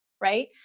right